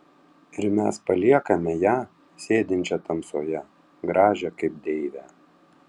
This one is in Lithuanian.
ir mes paliekame ją sėdinčią tamsoje gražią kaip deivę